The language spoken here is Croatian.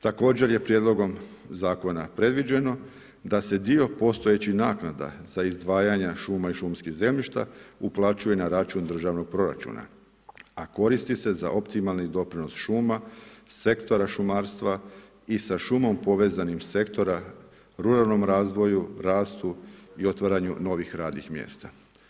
Također je prijedlogom zakona predviđeno da se dio postojećih naknada za izdvajanja šuma i šumskih zemljišta uplaćuju na račun državnog proračuna, a koristi se za optimalni doprinos šuma, sektora šumarstva i sa šumom povezanim sektora, ruralnom razvoju, rastu i otvaranju novih radnih mjesta.